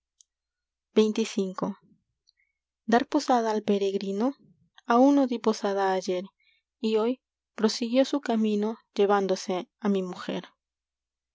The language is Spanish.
xxv ar posada al peregrino uno á di posada ayer su y hoy prosiguió camino llevándose á mi mujer